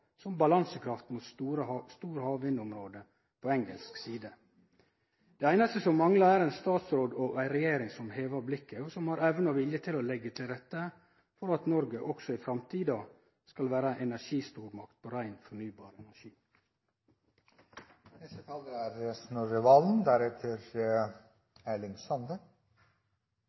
som balansekraft mot store havvindområde på engelsk side. Det einaste som manglar, er ein statsråd og ei regjering som hevar blikket og har evne og vilje til å leggje til rette for at Noreg også i framtida skal vere ei energistormakt på rein fornybar energi. Energimessig er